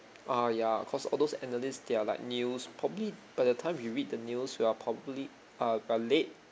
ah ya cause all those analysts they are like news probably by the time we read the news we are probably uh are late